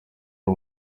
ari